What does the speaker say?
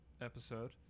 episode